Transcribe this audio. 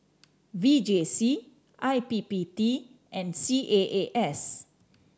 V J C I P P T and C A A S